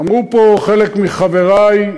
אמרו פה חלק מחברי,